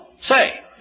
say